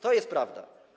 To jest prawda.